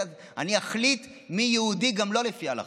אתה אומר לי: אני אחליט מי יהודי גם לא לפי ההלכה.